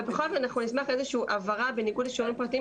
אבל בכל אופן אנחנו נשמח לאיזושהי הבהרה בניגוד לשיעורים פרטיים,